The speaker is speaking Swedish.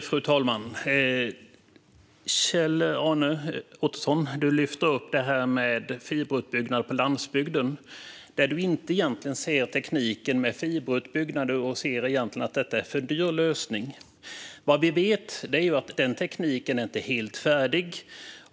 Fru talman! Du lyfte detta med fiberutbyggnad på landsbygden, Kjell-Arne Ottosson. Du ser egentligen inte tekniken med fiberutbyggnaden. Du ser egentligen att detta är en för dyr lösning. Vad vi vet är att den tekniken inte är helt färdig.